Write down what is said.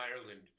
Ireland